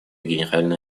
генеральной